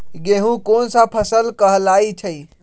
गेहूँ कोन सा फसल कहलाई छई?